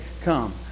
come